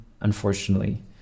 unfortunately